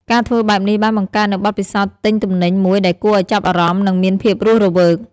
ការធ្វើបែបនេះបានបង្កើតនូវបទពិសោធន៍ទិញទំនិញមួយដែលគួរឱ្យចាប់អារម្មណ៍និងមានភាពរស់រវើក។